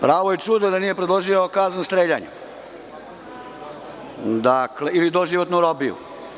Pravo je čudo da nije predložio kaznu streljanja ili doživotnu robiju.